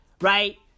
Right